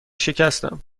شکستم